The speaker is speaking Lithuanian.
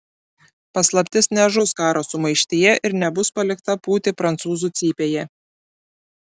paslaptis nežus karo sumaištyje ir nebus palikta pūti prancūzų cypėje